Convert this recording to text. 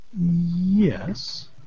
Yes